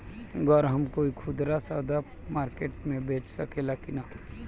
गर हम कोई खुदरा सवदा मारकेट मे बेच सखेला कि न?